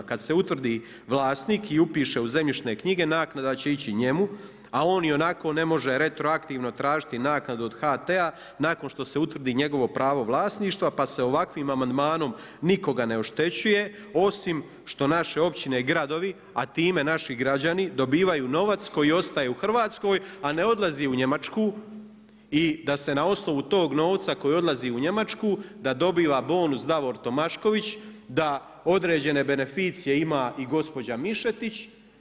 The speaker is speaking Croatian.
Kad se utvrdi vlasnik i upiše u Zemljišne knjige naknada će ići njemu, a on ionako ne može retroaktivno tražiti naknadu od HT-a nakon što se utvrdi njegovo pravo vlasništva, pa se ovakvim amandmanom nikoga ne oštećuje osim što naše općine i gradovi, a time naši građani dobivaju novac koji ostaje u Hrvatskoj, a ne odlazi u Njemačku i da se na osnovu tog novca koji odlazi u Njemačku da dobiva bonus Davor Tomašković, da određene beneficije ima i gospođa Mišetić.